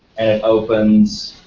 and it opens